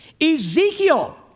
Ezekiel